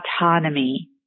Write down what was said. Autonomy